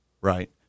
right